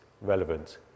relevant